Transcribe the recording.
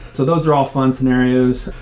so those are all fun scenarios.